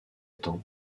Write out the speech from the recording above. temps